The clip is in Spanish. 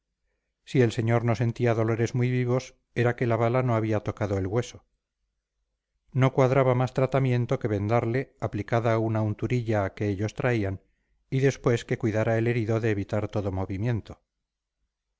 si el señor no sentía dolores muy vivos era que la bala no había tocado el hueso no cuadraba más tratamiento que vendarle aplicada una unturilla que ellos traían y después que cuidara el herido de evitar todo movimiento